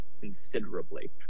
considerably